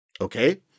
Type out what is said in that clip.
okay